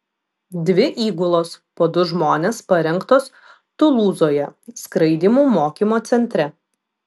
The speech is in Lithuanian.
dvi įgulos po du žmones parengtos tulūzoje skraidymų mokymo centre